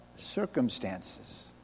Circumstances